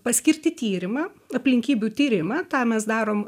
paskirti tyrimą aplinkybių tyrimą tą mes darom